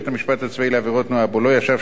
שבו לא ישב שופט בעל השכלה משפטית,